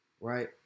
Right